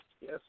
Yes